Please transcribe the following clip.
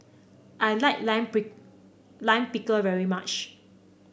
I like Lime Lime Pickle very much